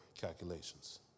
calculations